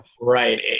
Right